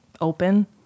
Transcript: open